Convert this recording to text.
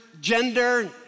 gender